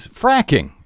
fracking